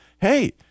hey